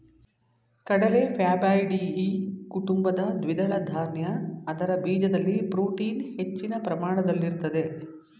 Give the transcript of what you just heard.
ಕಡಲೆ ಫ್ಯಾಬಾಯ್ಡಿಯಿ ಕುಟುಂಬದ ದ್ವಿದಳ ಧಾನ್ಯ ಅದರ ಬೀಜದಲ್ಲಿ ಪ್ರೋಟೀನ್ ಹೆಚ್ಚಿನ ಪ್ರಮಾಣದಲ್ಲಿರ್ತದೆ